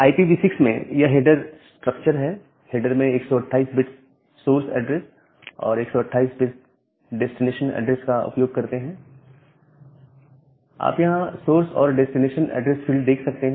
IPv6 में यह header structure है हेडर में 128 बिट्स सोर्स एड्रेस और 128 बिट्स डेस्टिनेशन एड्रेस का उपयोग करते हैं आप यहां सोर्स और डेस्टिनेशन एड्रेस फील्ड देख सकते हैं